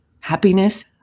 Happiness